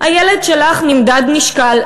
הילד שלך נמדד, נשקל.